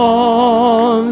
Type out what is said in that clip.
on